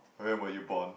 where were you born